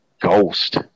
Ghost